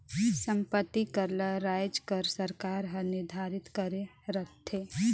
संपत्ति कर ल राएज कर सरकार हर निरधारित करे रहथे